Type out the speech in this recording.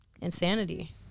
insanity